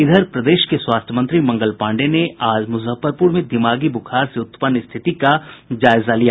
इधर प्रदेश के स्वास्थ्य मंत्री मंगल पांडे ने आज मुजफ्फरपुर में दिमागी बुखार से उत्पन्न स्थिति का जायजा लिया